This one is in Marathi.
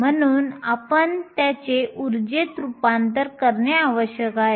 म्हणून आपण त्याचे ऊर्जेत रूपांतर करणे आवश्यक आहे